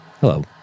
Hello